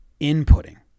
inputting